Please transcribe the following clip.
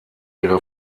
ihre